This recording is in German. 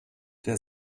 der